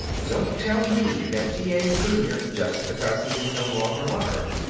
don't tell me that t. a, senior, just because he is no longer on earth,